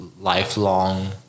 lifelong